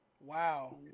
Wow